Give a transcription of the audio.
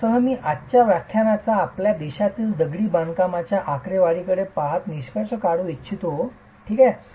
त्यासह मी आजच्या व्याख्यानाचा आपल्या देशातील दगडी बांधकामाच्या आकडेवारीकडे पाहत निष्कर्ष काढू इच्छितो ठीक आहे